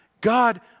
God